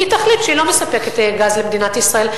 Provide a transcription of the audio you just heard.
היא תחליט שהיא לא מספקת גז למדינת ישראל.